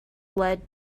led